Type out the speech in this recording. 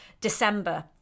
December